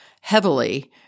heavily